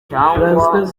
françois